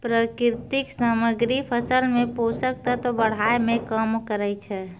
प्राकृतिक सामग्री फसल मे पोषक तत्व बढ़ाय में काम करै छै